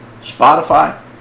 Spotify